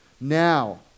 Now